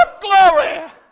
glory